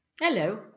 Hello